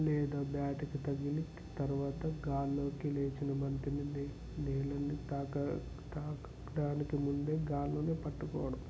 లేదా బ్యాటుకి తగిలి తరవాత గాల్లోకి లేచిన బంతిని నేలని తాకడానికి ముందే గాలిలో పట్టుకోవడం